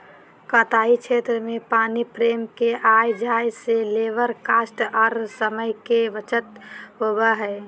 कताई क्षेत्र में पानी फ्रेम के आय जाय से लेबर कॉस्ट आर समय के बचत होबय हय